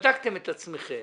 בדקתם את עצמכם